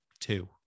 two